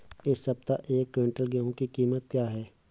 इस सप्ताह एक क्विंटल गेहूँ की कीमत क्या है?